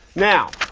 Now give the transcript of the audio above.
now,